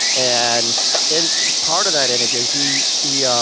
and in part of that interview, he he um